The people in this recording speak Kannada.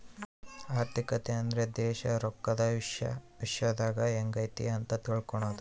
ಆರ್ಥಿಕತೆ ಅಂದ್ರೆ ದೇಶ ರೊಕ್ಕದ ವಿಶ್ಯದಾಗ ಎಂಗೈತೆ ಅಂತ ತಿಳ್ಕನದು